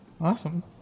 awesome